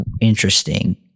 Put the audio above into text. interesting